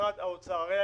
למשרד האוצר, הרי